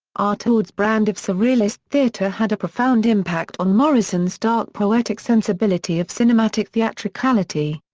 artaud's brand of surrealist theatre had a profound impact on morrison's dark poetic sensibility of cinematic theatricality.